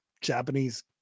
japanese